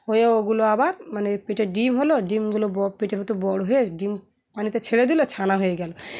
হয়ে ওগুলো আবার মানে পেটে ডিম হলো ডিমগুলো ব পেটের মতো বড় হয়ে ডিম পানিতে ছেড়ে দিলো ছানা হয়ে গেলো